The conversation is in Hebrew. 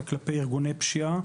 זה כלפי ארגוני פשיעה.